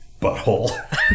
butthole